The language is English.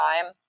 time